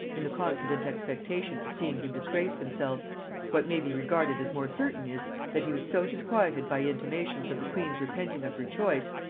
in the confident expectation of seeing him disgrace himself what may be regarded as more certain is, that he was so disquieted by intimations of the queen's repenting of her choice,